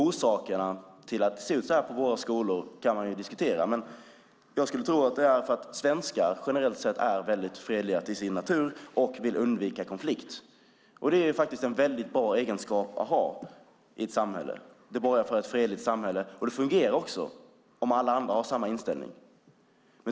Orsakerna till att det ser ut så på våra skolor kan man diskutera, men jag skulle tro att svenskar generellt sett är fredliga till sin natur och vill undvika konflikt. Det är en mycket bra egenskap att ha i ett samhälle. Det borgar för ett fredligt samhälle, och det fungerar om alla andra har samma inställning.